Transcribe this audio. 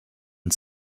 and